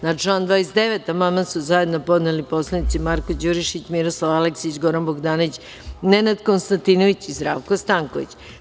Na član 29. amandman su zajedno podneli poslanici Marko Đurišić, Miroslav Aleksić, Goran Bogdanović, Nenad Konstantinović i Zdravko Stanković.